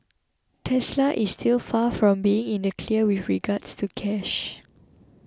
Tesla is still far from being in the clear with regards to cash